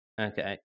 Okay